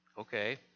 okay